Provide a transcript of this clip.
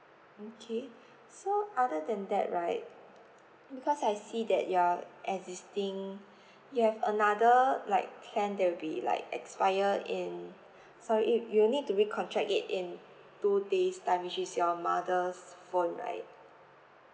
mm okay so other than that right because I see that you are existing you have another like plan that will be like expire in sorry you you need to recontract it in two days time which is your mother's phone right